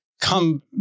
come